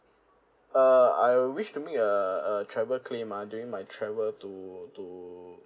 err I wish to make a uh travel claim ah during my travel to to